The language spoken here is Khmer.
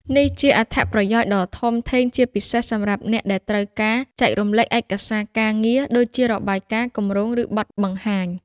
នេះជា អត្ថប្រយោជន៍ដ៏ធំធេង ជាពិសេសសម្រាប់អ្នកដែលត្រូវការ ចែករំលែកឯកសារការងារ ដូចជារបាយការណ៍ គម្រោង ឬបទបង្ហាញ។